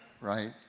right